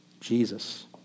Jesus